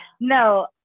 no